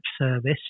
service